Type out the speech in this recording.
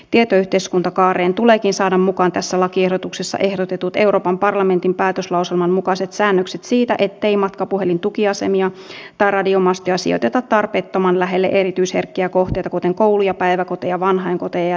tietoyhteiskuntakaareen tuleekin saada mukaan tässä lakiehdotuksessa ehdotetut euroopan parlamentin päätöslauselman mukaiset säännökset siitä ettei matkapuhelintukiasemia tai radiomastoja sijoiteta tarpeettoman lähelle erityisherkkiä kohteita kuten kouluja päiväkoteja vanhainkoteja ja terveydenhuoltolaitoksia